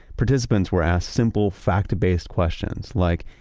participants were asked simple fact-based questions like,